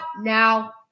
now